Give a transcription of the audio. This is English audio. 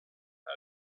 had